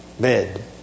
bed